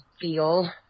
feel